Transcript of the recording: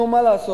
נו, מה לעשות,